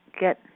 get